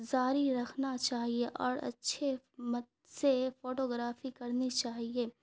جاری رکھنا چاہیے اور اچھے مت سے فوٹوگرافی کرنی چاہیے